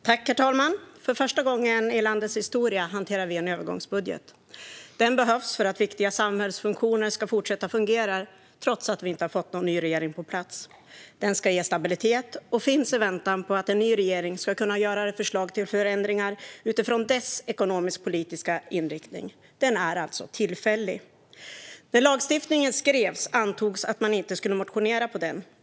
Herr talman! För första gången i landets historia hanterar vi en övergångsbudget. Den behövs för att viktiga samhällsfunktioner ska fortsätta att fungera, trots att vi inte har fått någon ny regering på plats. Den ska ge stabilitet och finns i väntan på att en ny regering ska kunna göra förslag till förändringar utifrån dess ekonomisk-politiska inriktning. Övergångsbudgeten är alltså tillfällig. När lagstiftningen skrevs antogs det att man inte skulle motionera på en övergångsbudget.